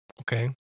Okay